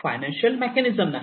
financial mechanism नाही